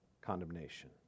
condemnation